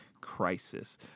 crisis